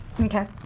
Okay